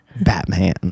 batman